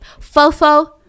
Fofo